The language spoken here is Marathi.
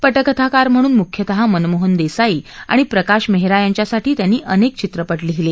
प क्रिथाकार म्हणून मुख्यतः मनमोहन देसाई आणि प्रकाश मेहरा यांच्यासाठी त्यांनी अनेक चित्रप लिहिले